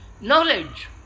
Knowledge